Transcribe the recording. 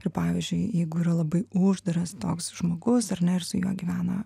ir pavyzdžiui jeigu yra labai uždaras toks žmogus ar net su juo gyvena